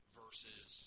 versus –